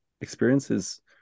experiences